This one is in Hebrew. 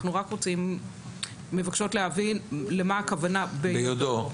אנחנו מבקשות להבין למה הכוונה "ביודעו".